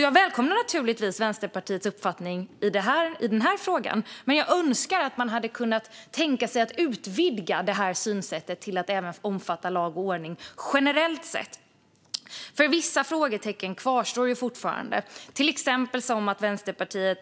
Jag välkomnar alltså naturligtvis Vänsterpartiets uppfattning i den här frågan, men jag hade önskat att man kunde tänka sig att utvidga det här synsättet till att även omfatta lag och ordning generellt sett. Vissa frågetecken kvarstår nämligen fortfarande. Till exempel är Vänsterpartiet